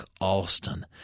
Alston